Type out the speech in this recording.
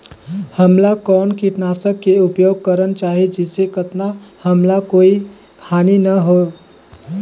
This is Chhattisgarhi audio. हमला कौन किटनाशक के उपयोग करन चाही जिसे कतना हमला कोई हानि न हो?